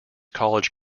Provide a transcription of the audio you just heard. college